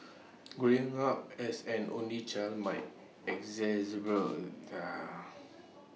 growing up as an only child might exacerbate